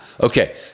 okay